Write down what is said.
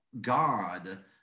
God